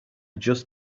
just